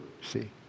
see